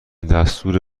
دستور